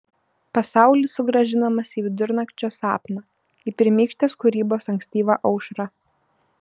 pasaulis sugrąžinamas į vidurnakčio sapną į pirmykštės kūrybos ankstyvą aušrą